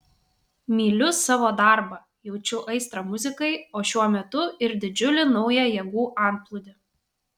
myliu savo darbą jaučiu aistrą muzikai o šiuo metu ir didžiulį naują jėgų antplūdį